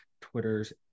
Twitter's